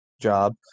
job